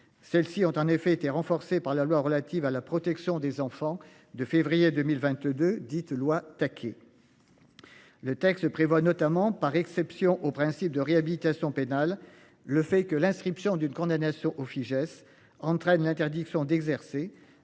Celles-ci ont en effet été renforcés par la loi relative à la protection des enfants de février 2022, dite loi. Le texte prévoit notamment par exception au principe de réhabilitation pénale. Le fait que l'inscription d'une condamnation au Fijais entraîne une interdiction d'exercer.